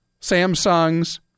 Samsungs